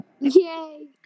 Yay